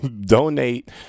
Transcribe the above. Donate